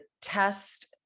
test